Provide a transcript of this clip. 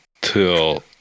till